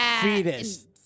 fetus